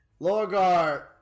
Lorgar